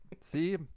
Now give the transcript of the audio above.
see